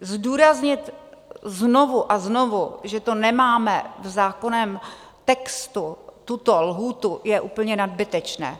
Zdůraznit znovu a znovu, že to nemáme v zákonném textu, tuto lhůtu, je úplně nadbytečné.